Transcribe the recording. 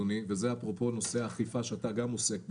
וזה אפרופו נושא האכיפה שאתה גם עוסק בו,